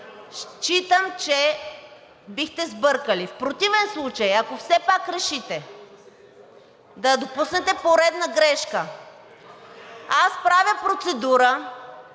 Считам, че бихте сбъркали. В противен случай, ако все пак решите да допуснете грешка, аз правя предложение